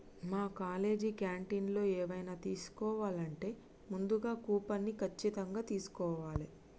మా కాలేజీ క్యాంటీన్లో ఎవైనా తీసుకోవాలంటే ముందుగా కూపన్ని ఖచ్చితంగా తీస్కోవాలే